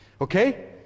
Okay